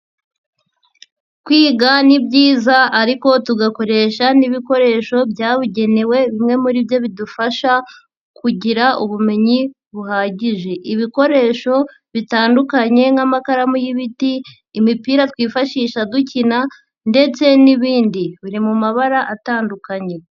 Kwiga ni byiza ariko tugakoresha n'ibikoresho byabugenewe bimwe muri byo bidufasha kugira ubumenyi buhagije, ibikoresho bitandukanye nk'amakaramu y'ibiti, imipira twifashisha dukina ndetse n'ibindi biri mu mabara atandukanye.